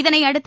இதனையடுத்து